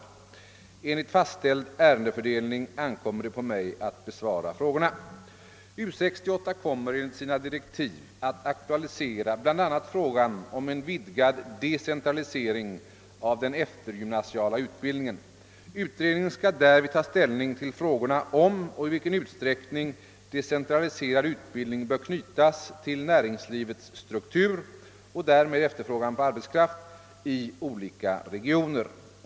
Enligt fastställd ärendefördelning ankommer det på mig att besvara frågorna. U 68 kommer enligt sina direktiv att aktualisera bl.a. frågan om en vidgad decentralisering av den eftergymnasiala utbildningen. Utredningen skall därvid ta ställning till frågorna om och i vilken utsträckning decentraliserad utbildning bör knytas till näringslivets struktur — och därmed efterfrågan på arbetskraft — i olika regioner.